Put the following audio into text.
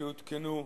שהותקנו לפיה.